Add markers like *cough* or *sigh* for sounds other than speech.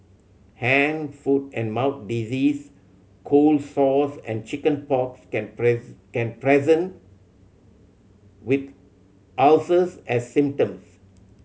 hand foot and mouth disease cold sores and chicken pox can *unintelligible* can present with ulcers as symptoms